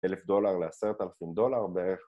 אלף דולר לעשרת אלפים דולר בערך